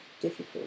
difficult